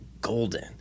golden